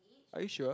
are you sure